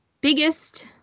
biggest